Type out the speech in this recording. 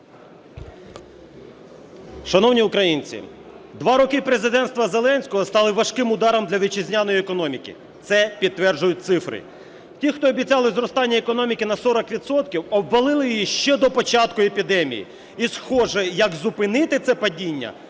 Шановні українці! Два роки президентства Зеленського стали важким ударом для вітчизняної економіки. Це підтверджують цифри. Ті, хто обіцяли зростання економіки на 40 відсотків, обвалили її ще до початку епідемії. І, схоже, як зупинити це падіння